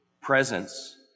presence